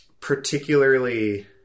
particularly